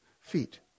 feet